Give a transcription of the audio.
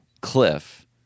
cliff